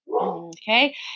Okay